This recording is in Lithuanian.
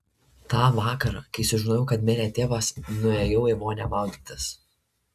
tą vakarą kai sužinojau kad mirė tėvas nuėjau į vonią maudytis